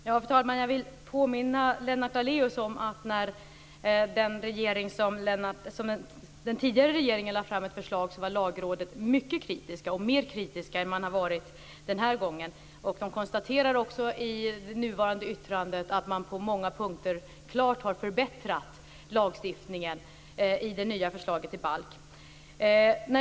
Fru talman! Jag vill påminna Lennart Daléus om att när den tidigare regeringen lade fram ett förslag var Lagrådet mycket kritiskt - mer kritiskt än det varit den här gången. Lagrådet konstaterar också i yttrandet att lagstiftningen på många punkter klart har förbättrats i det nya förslaget till balk.